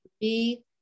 three